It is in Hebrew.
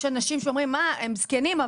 יש אנשים שאומרים, "מה, הם זקנים".